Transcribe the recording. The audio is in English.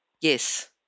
Yes